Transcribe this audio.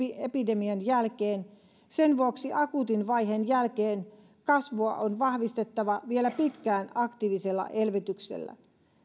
epidemian jälkeen sen vuoksi akuutin vaiheen jälkeen kasvua on vahvistettava vielä pitkään aktiivisella elvytyksellä